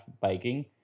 biking